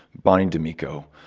bonnie d'amico,